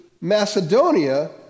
Macedonia